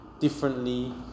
differently